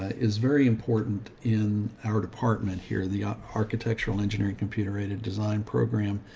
is very important in our department here, the ah architectural engineering computer aided design program,